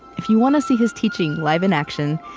if you want to see his teaching live in action,